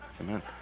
Amen